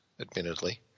admittedly